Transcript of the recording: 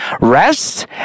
rest